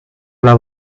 alla